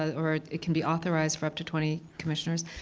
or it can be authorized for up to twenty commissioners.